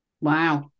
Wow